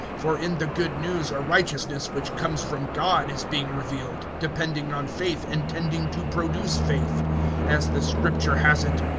for in the good news a righteousness which comes from god is being revealed, depending on faith and tending to produce faith as the scripture has it,